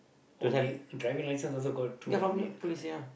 oh he driving license also got through army lah correct